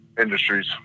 industries